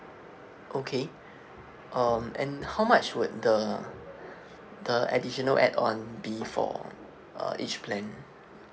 okay um and how much would the the additional add on be for uh each plan